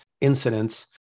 incidents